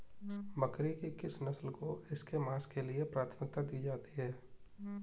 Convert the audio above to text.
बकरी की किस नस्ल को इसके मांस के लिए प्राथमिकता दी जाती है?